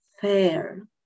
fair